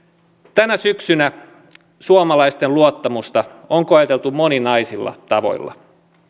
tänä syksynä suomalaisten luottamusta on koeteltu moninaisilla tavoilla